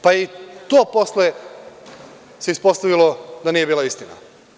Pa, i to se posle ispostavilo da nije bila istina.